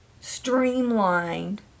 streamlined